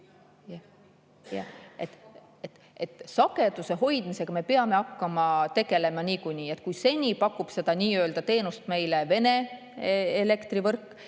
Sageduse hoidmisega me peame hakkama tegelema niikuinii. Seni pakub seda nii-öelda teenust meile Vene elektrivõrk.